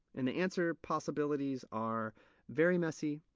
and the answer possibilities are very messy,